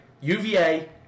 UVA